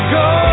go